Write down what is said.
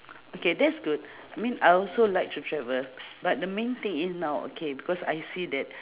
okay that's good I mean I also like to travel but the main thing is now okay because I see that